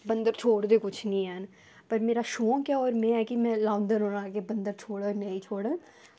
बंदर छोड़दे कुछ निं हैन पर मेरा शौक ऐ कि में लांदे रवां ते फिर बंदर छोड़े जां नेईं छोड़े